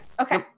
Okay